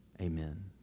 Amen